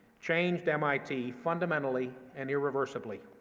changed mit fundamentally and irreversibly.